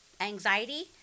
anxiety